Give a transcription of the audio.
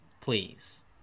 please